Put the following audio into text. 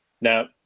Now